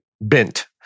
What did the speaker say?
bent